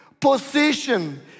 position